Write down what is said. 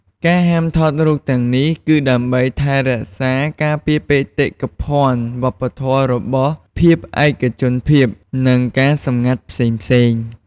ការហាមថតរូបទាំងនេះ គឺដើម្បីថែរក្សាការពារបេតិកភណ្ឌវប្បធម៌របស់ ភាពឯកជនភាព និងការសម្ងាត់ផ្សេងៗ។